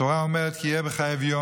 התורה אומרת: "כי יהיה בך אביון,